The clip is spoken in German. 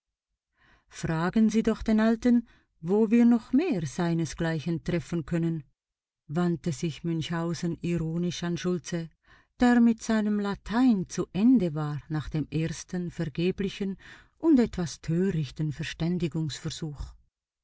fragen sie doch den alten wo wir noch mehr seinesgleichen treffen können wandte sich münchhausen ironisch an schultze der mit seinem latein zu ende war nach dem ersten vergeblichen und etwas törichten